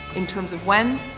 in terms of when,